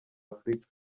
afurika